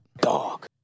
Dog